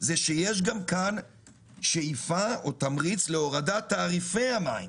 זה שיש כאן תמריץ להורדת תעריפי המים,